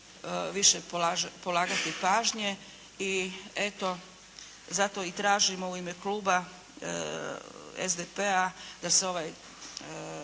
više polagati pažnje. I eto, zato i tražimo u ime Kluba SDP-a, da se ovaj